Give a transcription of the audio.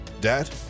Dad